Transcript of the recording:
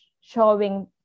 showing